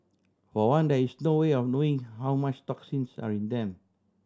for one there is no way of knowing how much toxins are in them